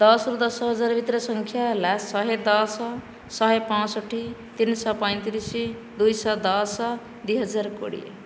ଦଶ ରୁ ଦଶ ହଜାର ଭିତରେ ସଂଖ୍ୟା ହେଲା ଶହେ ଦଶ ଶହେ ପଞ୍ଚଷଠି ତିନି ଶହ ପଇଁତିରିଶ ଦୁଇ ଶହ ଦଶ ଦୁଇ ହଜାର କୋଡ଼ିଏ